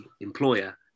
employer